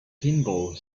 pinball